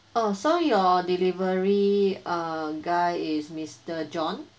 oh so your delivery err guy is mister john